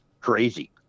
Crazy